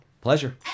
Pleasure